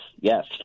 yes